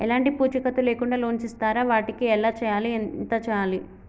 ఎలాంటి పూచీకత్తు లేకుండా లోన్స్ ఇస్తారా వాటికి ఎలా చేయాలి ఎంత చేయాలి?